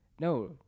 no